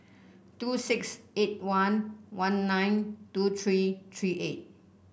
two six eight one one nine two three three eight